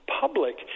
public